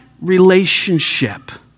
relationship